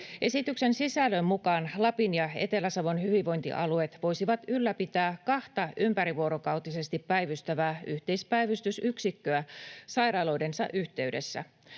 Esityksen sisällön mukaan Lapin ja Etelä-Savon hyvinvointialueet voisivat ylläpitää kahta ympärivuorokautisesti päivystävää yhteispäivystysyksikköä sairaaloidensa yhteydessä.